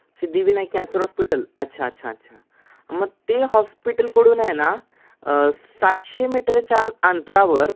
Siddhivinayak cancer hospital अच्छा अच्छा अच्छा मग ते हॉस्पिटलकडून आहे ना सातशे मीटरच्या अंतरावर